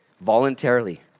voluntarily